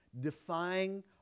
defying